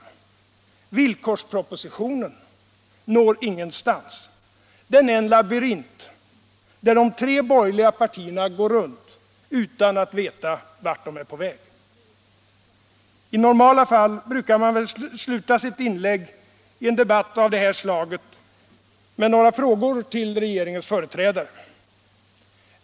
Villkorspropositionen når ingenstans. Den är en labyrint, där de tre borgerliga partierna går runt utan att veta vart de är på väg. I normala fall brukar man väl sluta sitt inlägg i en debatt av det här slaget med några frågor till regeringens företrädare.